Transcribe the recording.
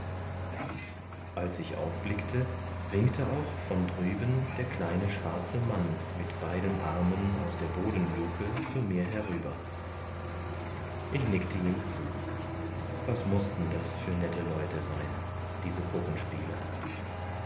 als ich aufblickte winkte auch von drüben der kleine schwarze mann mit beiden armen aus der bodenluke zu mir herüber ich nickte ihm zu was mußten das für nette leute sein diese puppenspieler